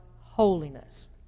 holiness